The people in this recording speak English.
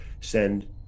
send